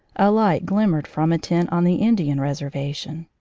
a light glimmered from a tent on the indian reser vation.